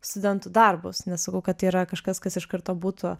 studentų darbus nesakau kad tai yra kažkas kas iš karto būtų